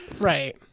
right